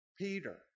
Peter